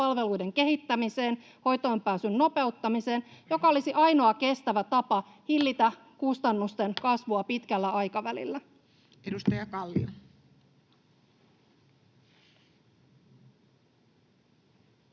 palveluiden kehittämiseen ja hoitoonpääsyn nopeuttamiseen, joka olisi ainoa kestävä tapa hillitä kustannusten kasvua pitkällä aikavälillä. [Speech 229]